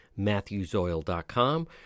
matthewsoil.com